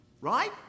Right